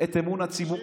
את אמון הציבור.